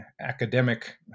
academic